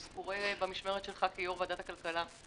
שזה קורה במשמרת שלך כיושב-ראש ועדת הכלכלה,